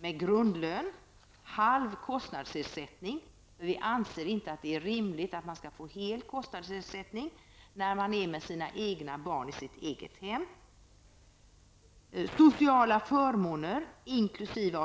med grundlön och halv kostnadsersättning. Vi anser inte att det är rimligt att man får hel kostnadsersättning när man är med sina egna barn i sitt eget hem. De skall få sociala förmåner, inkl.